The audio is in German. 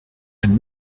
ein